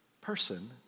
person